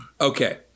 Okay